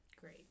great